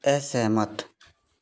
असहमत